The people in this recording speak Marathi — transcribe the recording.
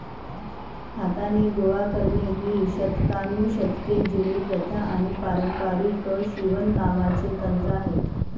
हाताने गोळा करणे ही शतकानुशतके जुनी प्रथा आणि पारंपारिक शिवणकामाचे तंत्र आहे